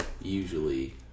usually